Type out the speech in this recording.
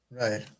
Right